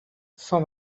cent